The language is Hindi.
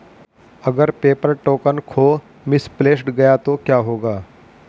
अगर पेपर टोकन खो मिसप्लेस्ड गया तो क्या होगा?